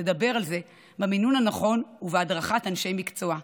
לדבר על זה במינון הנכון ובהדרכת אנשי מקצוע.